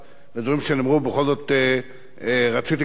בכל זאת רציתי גם אני לומר אמירה.